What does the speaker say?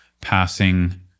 passing